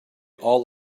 all